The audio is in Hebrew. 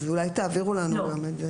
אז אולי תעבירו לנו גם את זה.